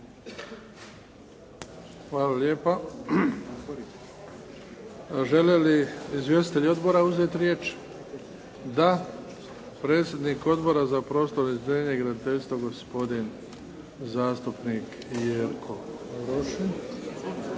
Hvala lijepa. Žele li izvjestitelji odbora uzetu riječ? Da. Predsjednik Odbora za prostorno uređenje i graditeljstvo, gospodin zastupnik Jerko Rošin.